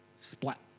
Splat